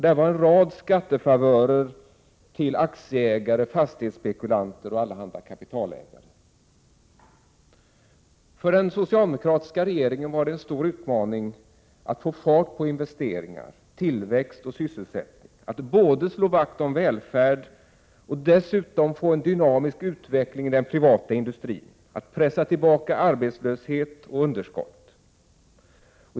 Det gavs en rad skattefavörer till aktieägare, fastighetsspekulanter och allehanda kapitalägare. För den socialdemokratiska regeringen var det en stor utmaning att få fart på investeringar, tillväxt och sysselsättning, att både slå vakt om välfärden och dessutom få till stånd en dynamisk utveckling i den privata industrin samt att pressa tillbaka arbetslöshet och underskott.